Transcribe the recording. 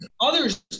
Others